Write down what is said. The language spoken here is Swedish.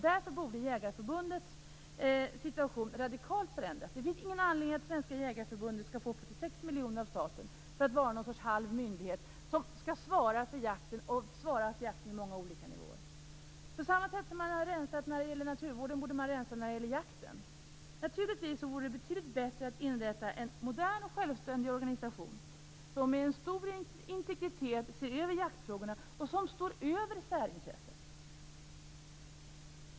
Därför borde Jägareförbundets situation radikalt förändras. Det finns ingen anledning att Svenska jägareförbundet skall få 46 miljoner av staten för att vara någon sorts halv myndighet som skall svara för jakten på många olika nivåer. På samma sätt som man har rensat när det gäller naturvården borde man rensa när det gäller jakten. Naturligtivs vore det betydligt bättre att inrätta en modern och självständig organisation som med stor integritet ser över jaktfrågorna och som står över särintresset.